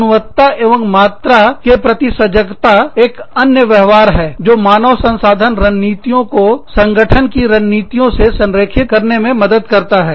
गुणवत्ता एवं मात्रा के प्रति सजगता एक एक अन्य व्यवहार है जो मानव संसाधन रणनीतियों को संगठन की रणनीतियों से संरेखित करने में मदद करता है